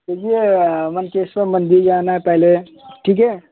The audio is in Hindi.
यह मनकेश्वर मंदिर जाना है पहले ठीक है